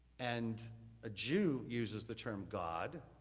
and a jew uses the term god,